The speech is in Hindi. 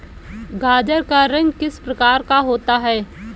गाजर का रंग किस प्रकार का होता है?